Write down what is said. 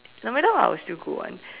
no matter what I'll still go [one]